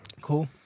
Cool